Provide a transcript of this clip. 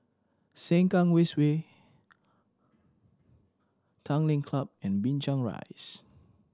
Sengkang West Way Tanglin Club and Binchang Rise